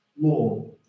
more